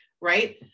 right